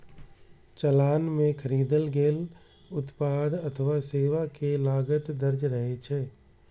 चालान मे खरीदल गेल उत्पाद अथवा सेवा के लागत दर्ज रहै छै